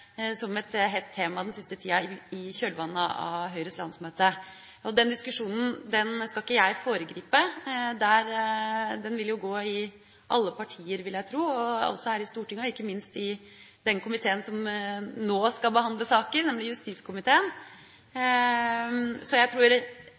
som et hett tema den siste tida, i kjølvannet av Høyres landsmøte. Den diskusjonen skal ikke jeg foregripe. Den vil jo gå i alle partier, vil jeg tro, også her i Stortinget, og ikke minst i den komiteen som nå skal behandle saken, nemlig justiskomiteen.